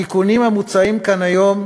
התיקונים המוצעים כאן היום,